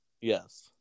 Yes